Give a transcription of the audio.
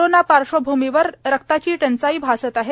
corona पार्श्वभूमीवर रक्ताची टंचाई भासत आहे